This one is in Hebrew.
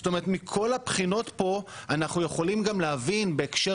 זאת אומרת מכל הבחינות פה אנחנו יכולים גם להבין בהקשר